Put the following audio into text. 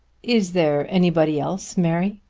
is there anybody else, mary?